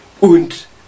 und